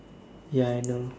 ya I know